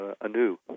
anew